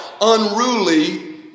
unruly